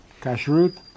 Kashrut